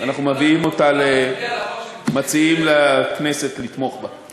אנחנו מציעים לכנסת לתמוך בה.